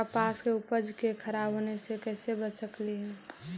कपास के उपज के खराब होने से कैसे बचा सकेली?